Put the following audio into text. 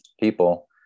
people